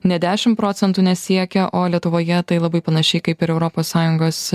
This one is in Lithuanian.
net dešim procentų nesiekia o lietuvoje tai labai panašiai kaip ir europos sąjungos